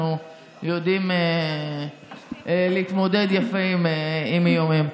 אנחנו יודעים להתמודד יפה עם איומים.